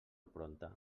prompte